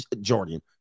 jordan